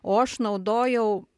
o aš naudojau